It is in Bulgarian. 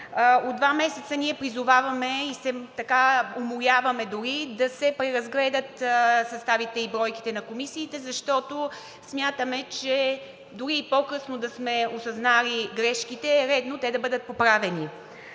От два месеца ние призоваваме и умоляваме дори да се преразгледат съставите и бройките на комисиите, защото смятаме, че дори и по-късно да сме осъзнали грешките, е редно те да бъдат поправени.